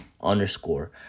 underscore